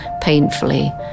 painfully